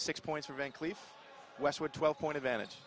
six points for van cleef westwood twelve point advantage